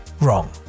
Wrong